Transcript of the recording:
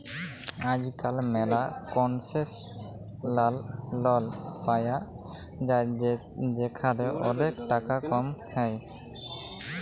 আজকাল ম্যালা কনসেশলাল লল পায়া যায় যেখালে ওলেক টাকা কম হ্যয়